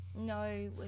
No